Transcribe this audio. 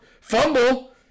Fumble